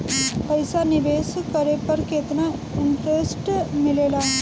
पईसा निवेश करे पर केतना इंटरेस्ट मिलेला?